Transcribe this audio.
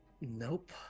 Nope